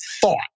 thought